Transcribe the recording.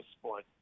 sport